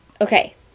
okay